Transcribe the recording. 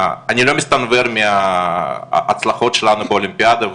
אני לא מסתנוור מההצלחות שלנו באולימפיאדה,